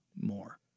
more